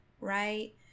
right